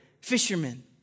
Fishermen